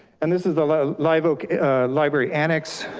and this is the live oak library annex,